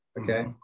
Okay